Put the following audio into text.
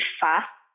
fast